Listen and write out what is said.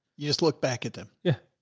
you just look back at them? yeah,